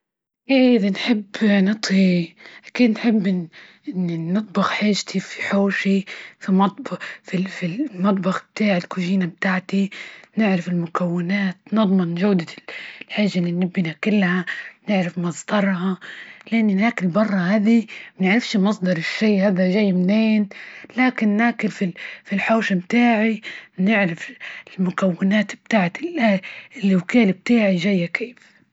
أكد نحب نطهي، أكيد نحب نطبخ عيشتي في حوشي، في المطبخ بتاعي الكوجينة بتاعتي، نعرف المكونات نضمن جودة الحاجة اللي نبغي ناكلها، نعرف مصدرها لان ناكل برا هذي منعرفش مصدر الشي هذا جاي منين لكن ناكل في الحوش بتاعي نعرف مكونات بتاع الوكالة بتاعي جاية كيف.